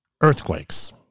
earthquakes